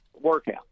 workout